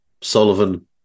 Sullivan